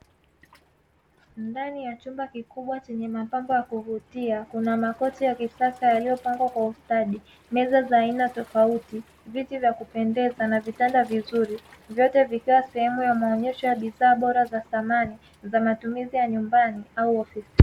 Ndani ya chumba kikubwa chenye mapambo ya kuvutia kuna makochi ya kisasa yaliyopangwa kwa ustadi, meza za aina tofauti, viti vya kupendeza na vitanda vizuri vyote vikiwa sehemu ya maonyesho ya bidhaa bora za samani za matumizi ya nyumbani au ofisi.